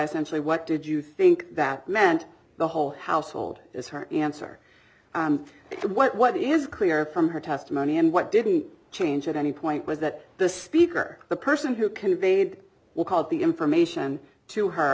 essentially what did you think that meant the whole household is her answer what is clear from her testimony and what didn't change at any point was that the speaker the person who conveyed or called the information to her